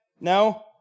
No